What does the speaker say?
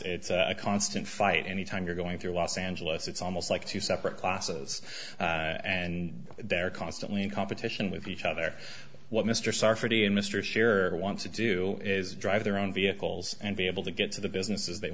it's a constant fight anytime you're going through los angeles it's almost like two separate classes and they're constantly in competition with each other what mr sarfatti and mr cher want to do is drive their own vehicles and be able to get to the businesses they